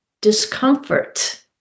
discomfort